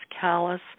callous